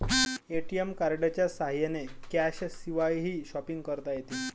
ATM कार्डच्या साह्याने कॅशशिवायही शॉपिंग करता येते